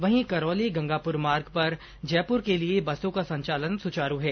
वहीं करौली गंगापुर मार्ग पर जयपुर के लिए बसों का संचालन सुचारू है